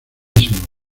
istmo